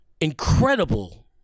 Incredible